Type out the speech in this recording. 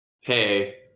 Hey